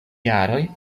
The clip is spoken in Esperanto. jaroj